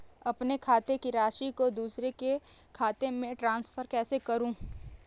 अपने खाते की राशि को दूसरे के खाते में ट्रांसफर कैसे करूँ?